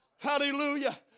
Hallelujah